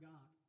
God